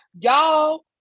Y'all